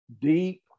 deep